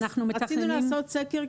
רצינו לעשות סקר,